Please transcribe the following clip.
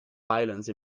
violence